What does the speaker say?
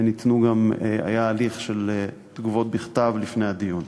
והיה גם הליך של תגובות בכתב לפני הדיון.